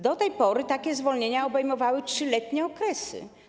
Do tej pory takie zwolnienia obejmowały 3-letnie okresy.